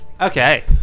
Okay